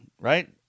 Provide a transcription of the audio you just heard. right